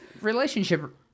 relationship